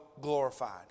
glorified